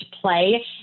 play